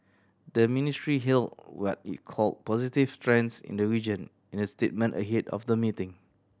the ministry hailed what it called positive trends in the region in a statement ahead of the meeting